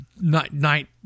night